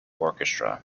orchestra